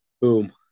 Boom